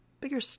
bigger